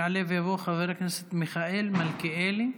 יעלה ויבוא חבר הכנסת מיכאל מלכיאלי,